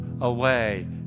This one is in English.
away